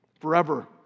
forever